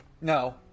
no